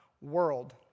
world